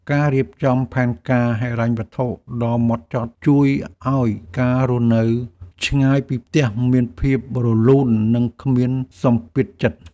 ការរៀបចំផែនការហិរញ្ញវត្ថុដ៏ហ្មត់ចត់ជួយឱ្យការរស់នៅឆ្ងាយពីផ្ទះមានភាពរលូននិងគ្មានសម្ពាធចិត្ត។